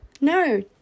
No